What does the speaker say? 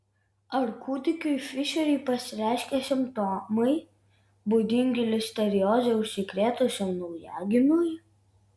ar kūdikiui fišeriui pasireiškė simptomai būdingi listerioze užsikrėtusiam naujagimiui